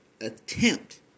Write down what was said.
attempt